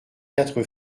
quatre